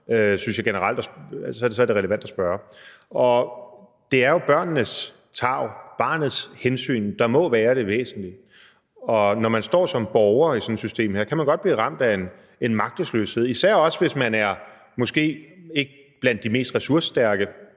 under, at det så er relevant at spørge. Det er jo børnenes tarv, barnets hensyn, der må være det væsentlige, og når man som borger står i sådan et system, kan man godt blive ramt af en magtesløshed, især også hvis man måske ikke er blandt de mest ressourcestærke